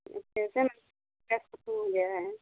gas ख़त्म हो गया है